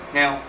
now